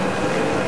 נתקבלה.